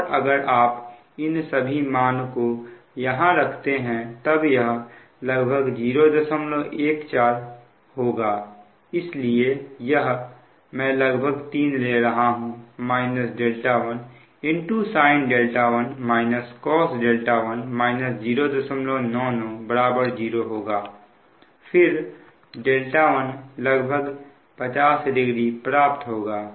और अगर आप इन सभी मान को यहां रखते हैं तब यह लगभग 014 होगा इसलिए यह मैं लगभग 3 ले रहा हूं 1 sin 1 cos 1 099 0 होगा फिर 1 लगभग 500प्राप्त होगा